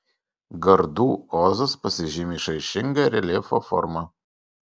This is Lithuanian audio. gardų ozas pasižymi išraiškinga reljefo forma